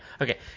Okay